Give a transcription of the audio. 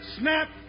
Snap